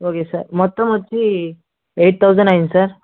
okay sir మొత్తమొచ్చి eight thousand అయ్యింది sir